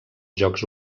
jocs